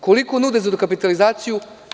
Koliko nude za dokapitalizaciju?